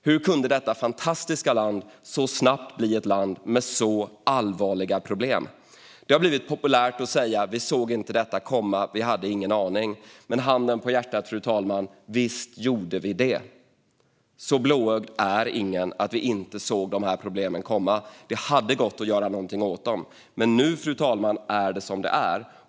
Hur kunde detta fantastiska land så snabbt bli ett land med så allvarliga problem? Det har blivit populärt att säga: Vi såg inte detta komma. Vi hade ingen aning. Men handen på hjärtat, fru talman: Visst gjorde vi det. Så blåögda är vi inte att vi inte såg dessa problem komma. Det hade gått att göra något åt dem, men nu är det som det är.